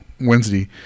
Wednesday